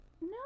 no